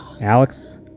Alex